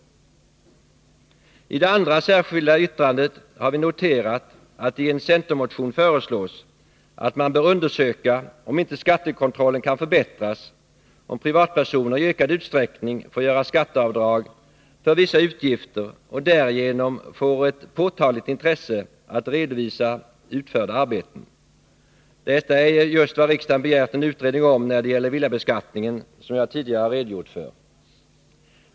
I det andra särskilda yttrandet har vi noterat att det i en centermotion föreslås att man bör undersöka om inte skattekontrollen kan förbättras om privatpersoner i ökad utsträckning får göra skatteavdrag för vissa utgifter och därigenom får ett påtagligt intresse att redovisa utförda arbeten. Detta är just vad riksdagen begärt en utredning om när det gäller villabeskattningen, som jag tidigare redogjort för.